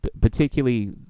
particularly